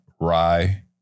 Rye